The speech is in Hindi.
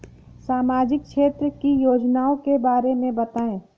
सामाजिक क्षेत्र की योजनाओं के बारे में बताएँ?